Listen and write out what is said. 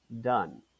done